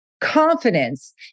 confidence